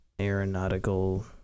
Aeronautical